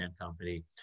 company